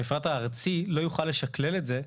המפרט הארצי לא יוכל לשקלל את זה,